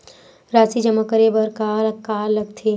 राशि जमा करे बर का का लगथे?